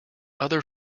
other